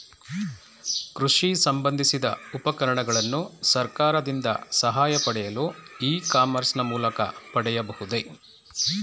ಕೃಷಿ ಸಂಬಂದಿಸಿದ ಉಪಕರಣಗಳನ್ನು ಸರ್ಕಾರದಿಂದ ಸಹಾಯ ಪಡೆಯಲು ಇ ಕಾಮರ್ಸ್ ನ ಮೂಲಕ ಪಡೆಯಬಹುದೇ?